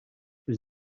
was